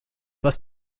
was